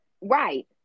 right